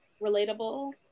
relatable